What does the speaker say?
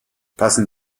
passen